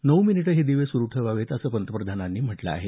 नऊ मिनिटं हे दिवे सुरू ठेवावेत असं पंतप्रधानांनी म्हटलं आहे